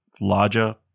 larger